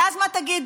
ואז, מה תגידו?